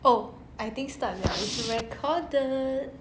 oh I think start 了 it's recorded